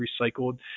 recycled